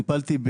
טיפלתי,